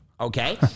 Okay